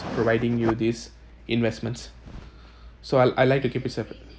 providing you this investments so I'll I like to keep it separate